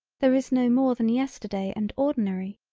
there is no more than yesterday and ordinary.